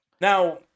Now